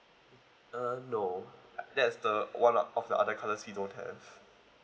uh no that's the one of of the other colours we don't have